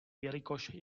jelikož